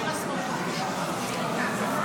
נגד.